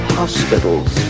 hospitals